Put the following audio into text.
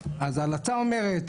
אז ההלצה אומרת,